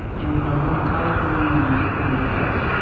and i was in my college dorm one night, and i woke up,